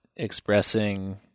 expressing